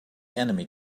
enemy